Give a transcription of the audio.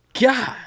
God